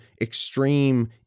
extreme